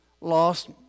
lost